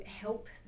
help